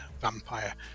vampire